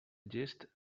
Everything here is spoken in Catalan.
gest